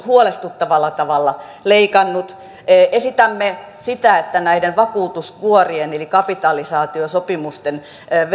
huolestuttavalla tavalla leikannut esitämme sitä että näiden vakuutuskuorien eli kapitalisaatiosopimusten